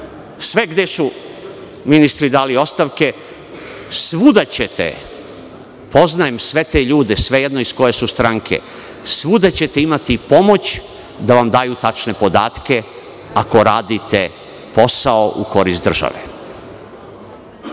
sve gde su ministri dali ostavke, svuda ćete, poznajem sve te ljude, sve jedno iz koje su stranke, svuda ćete imati pomoć da vam daju tačne podatke, ako radite posao u korist države. Ali,